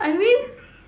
I mean